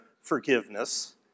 forgiveness